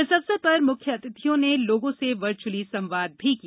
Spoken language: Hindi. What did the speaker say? इस अवसर पर मुख्य अतिथियों ने लोगों से वर्चअली संवाद भी किया